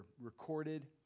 recorded